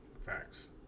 Facts